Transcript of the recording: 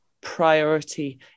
priority